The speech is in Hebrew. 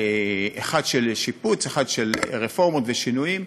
אחת של שיפוץ ואחת של רפורמות ושינויים.